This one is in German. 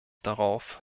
darauf